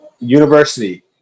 University